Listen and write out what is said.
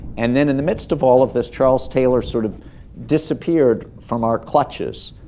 and then in the midst of all of this, charles taylor sort of disappeared from our clutches.